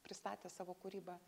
pristatė savo kūrybą